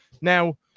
Now